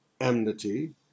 enmity